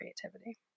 creativity